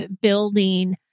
building